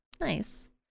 Nice